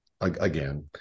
again